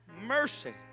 Mercy